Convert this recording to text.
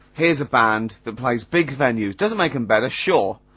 here's a band that plays big venues, doesn't make them better, sure,